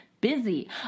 busy